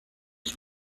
was